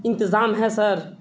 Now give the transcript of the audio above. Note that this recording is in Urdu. انتظام ہے سر